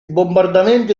bombardamenti